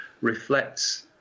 reflects